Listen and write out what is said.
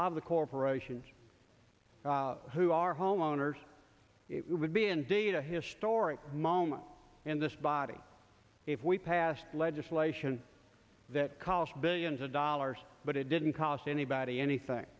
of the corporation who are homeowners it would be indeed a historic moment in this body if we passed legislation that cost billions of dollars but it didn't cost anybody anything